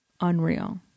unreal